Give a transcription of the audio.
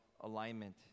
alignment